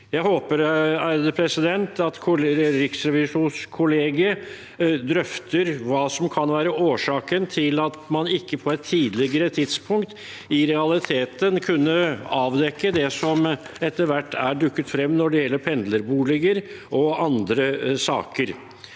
Jeg håper at riksrevisjonskollegiet drøfter hva som kan være årsaken til at man ikke på et tidligere tidspunkt kunne avdekke det som etter hvert har dukket opp når det gjelder pendlerboliger og andre saker.